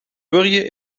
wurgen